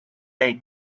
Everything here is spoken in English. they